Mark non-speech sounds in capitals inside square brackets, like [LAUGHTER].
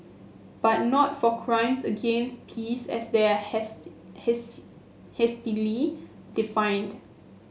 but not for crimes against peace as their [UNINTELLIGIBLE] hasty hastily defined